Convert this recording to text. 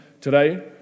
today